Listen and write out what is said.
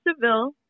Seville